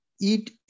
eat